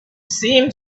seemed